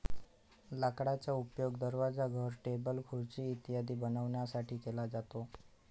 लाकडाचा उपयोग दरवाजा, घर, टेबल, खुर्ची इत्यादी बनवण्यासाठी केला जातो